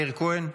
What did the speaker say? מאיר כהן,